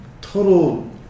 total